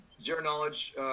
zero-knowledge